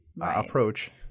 approach